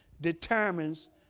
determines